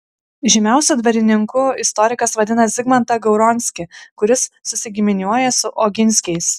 žymiausiu dvarininku istorikas vadina zigmantą gauronskį kuris susigiminiuoja su oginskiais